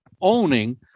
owning